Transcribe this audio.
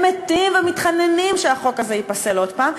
הם מתים ומתחננים שהחוק הזה ייפסל עוד הפעם,